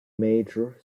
major